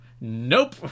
nope